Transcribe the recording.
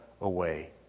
away